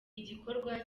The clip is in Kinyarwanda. igikorwa